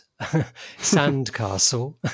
Sandcastle